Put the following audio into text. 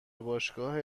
باشگاه